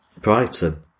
Brighton